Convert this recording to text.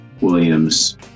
Williams